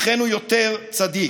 לכן הוא יותר צדיק.